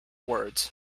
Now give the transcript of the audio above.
words